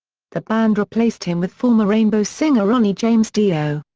the band replaced him with former rainbow singer ronnie james dio.